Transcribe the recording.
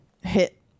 hit